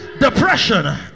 depression